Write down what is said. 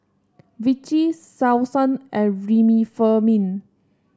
Vichy Selsun and Remifemin